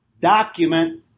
document